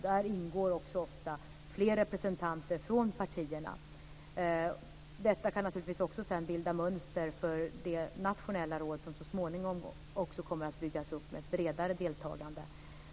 Där ingår ofta fler representanter från partierna. Detta kan naturligtvis sedan bilda mönster för det nationella råd som så småningom kommer att byggas upp med ett bredare deltagande.